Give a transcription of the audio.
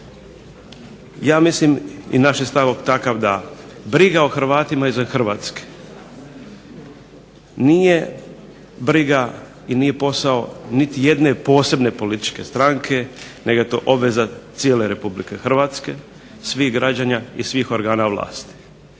Hrvatske, jer naš je stav takav da briga o Hrvatima izvan Hrvatske nije briga i nije posao niti jedne posebne političke stranke nego je to obveza cijele RH svih građana i svih organa vlasti.